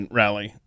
rally